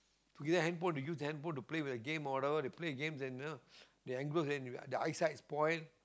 you give them handphone they use their handphone to play with their games or whatever they play their games and you know the angles and their eyesight spoil